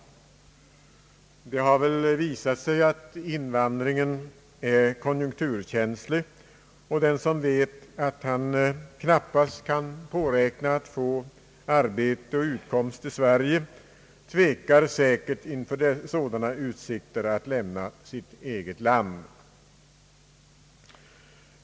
Det har visat sig att invandringen är konjunkturkänslig, och den som vet att han knappast kan påräkna att få arbete och utkomst i Sverige tvekar säkert att lämna sitt eget land inför sådana utsikter.